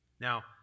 Now